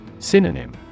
Synonym